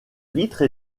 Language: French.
vitres